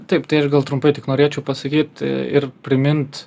taip tai aš gal trumpai tik norėčiau pasakyt ir primint